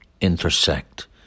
intersect